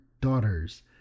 daughters